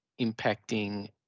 impacting